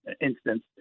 instance